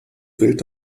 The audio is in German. wild